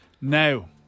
Now